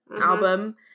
album